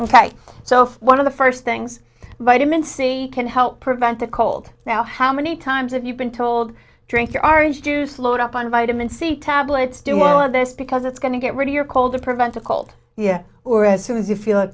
ok so one of the first things vitamin c can help prevent the cold now how many times have you been told drink or are introduced load up on vitamin c tablets do all of this because it's going to get rid of your cold or prevent a cold yeah or as soon as you feel a